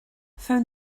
phone